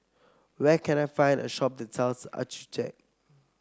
where can I find a shop that sells Accucheck